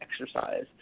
exercise